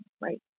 right